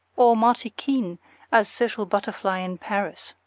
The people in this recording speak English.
or marty keene a social butterfly in paris.